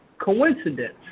coincidence